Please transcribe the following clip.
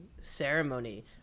ceremony